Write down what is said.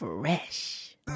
Fresh